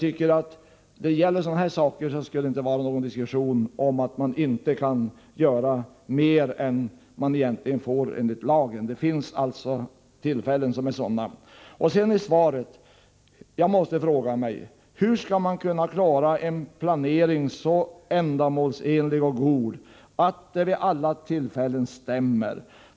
När det gäller sådana här saker borde det inte vara någon diskussion om att inte göra mer än man egentligen får göra enligt lagen. Det finns tillfällen då detta är nödvändigt. S I sitt svar nämner justitieministern planeringen av polisens arbete. Jag måste då fråga mig: Hur skall man kunna åstadkomma en planering som är så — Nr 40 ändamålsenlig och god att den vid alla tillfällen stämmer?